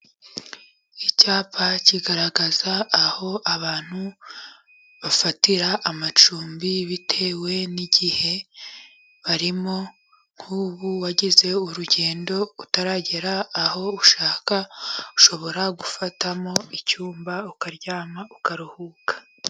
Icyapa kigaragaza aho abantu bafatira amacumbi bitewe n'igihe barimo, nk'ubu wagize urugendo utaragera aho ushaka, ushobora gufatamo icyumba ukaryama ukaruhuka.